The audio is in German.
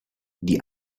die